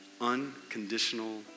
unconditional